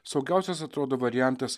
saugiausias atrodo variantas